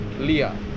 Lia